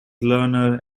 learner